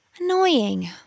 Annoying